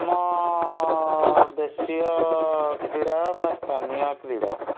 ଆମ ଦେଶୀୟ କ୍ରୀଡ଼ା ବା ସ୍ଥାନୀୟ କ୍ରୀଡ଼ା